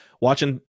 Watching